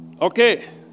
Okay